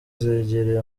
zegereye